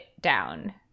down